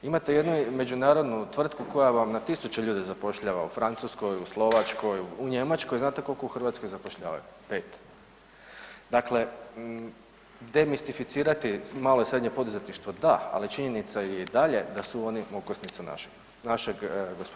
Imate jednu međunarodnu tvrtku koja vam na tisuće ljudi zapošljava u Francuskoj, u Slovačkoj, u Njemačkoj, znate koliko u Hrvatskoj zapošljavaju, 5. Dakle, demistificirati malo i srednje poduzetništvo da, ali činjenica je i dalje da su oni okosnica našeg gospodarstva.